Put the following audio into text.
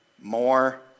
more